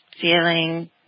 feeling